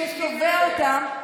ששובה אותם,